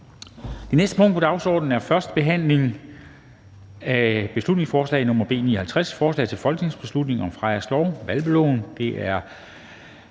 Det næste punkt på dagsordenen er: 17) 1. behandling af beslutningsforslag nr. B 46: Forslag til folketingsbeslutning om mulighed